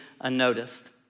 unnoticed